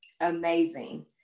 Amazing